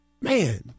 man